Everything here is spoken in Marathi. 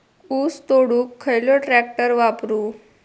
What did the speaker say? ऊस तोडुक खयलो ट्रॅक्टर वापरू?